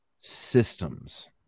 systems